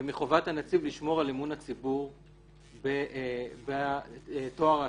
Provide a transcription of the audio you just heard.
ומחובת הנציב לשמור על אמון הציבור וטוהר השלטון.